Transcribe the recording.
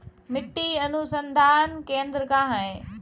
मिट्टी अनुसंधान केंद्र कहाँ है?